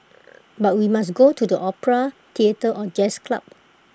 but we must go to the opera theatre or jazz club